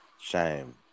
Shame